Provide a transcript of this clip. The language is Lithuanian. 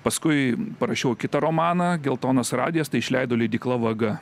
paskui parašiau kitą romaną geltonas radijas tai išleido leidykla vaga